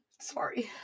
sorry